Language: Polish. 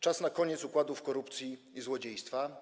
Czas na koniec układów korupcji i złodziejstwa.